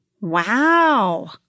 wow